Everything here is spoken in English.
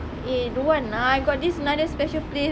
eh don't want lah I got this another special place